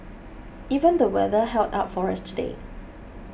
even the weather held up for us today